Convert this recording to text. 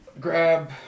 grab